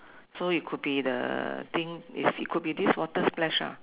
so it could be the thing if it could be this water splash ah